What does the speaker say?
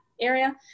area